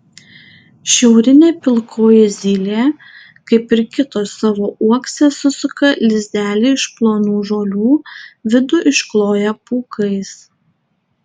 šiaurinė pilkoji zylė kaip ir kitos savo uokse susuka lizdelį iš plonų žolių vidų iškloja pūkais